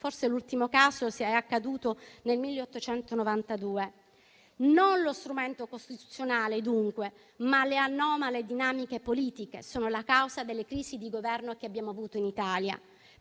Forse l'ultimo caso, se è accaduto, è del 1892. Non lo strumento costituzionale, dunque, ma le anomale dinamiche politiche sono la causa delle crisi di Governo che abbiamo avuto in Italia.